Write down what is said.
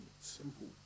simple